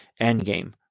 Endgame